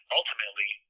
ultimately